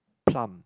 plum